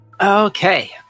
Okay